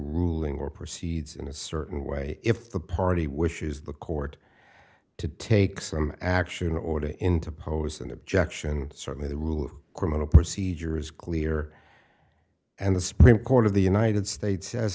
ruling or proceeds in a certain way if the party wishes the court to take some action or to interpose an objection certainly the rule of criminal procedure is clear and the supreme court of the united